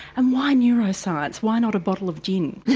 and why neuroscience, why not a bottle of gin?